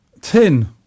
Tin